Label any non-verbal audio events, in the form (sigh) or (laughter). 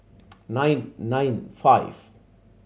(noise) nine nine five